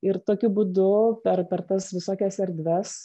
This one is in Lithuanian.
ir tokiu būdu per per tas visokias erdves